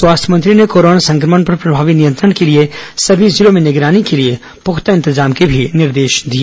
स्वास्थ्य मंत्री ने कोरोना संक्रमण पर प्रमावी नियंत्रण के लिए सभी जिलों में निगरानी के लिए पुख्ता इंतजाम के भी निर्देश दिए